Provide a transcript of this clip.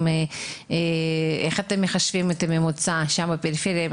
גדולים איך אתם מחשבים את הממוצע שם בפריפריה?